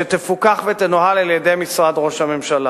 שתפוקח ותנוהל על-ידי משרד ראש הממשלה,